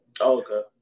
Okay